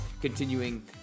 continuing